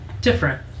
different